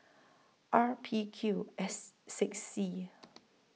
R P Q S six C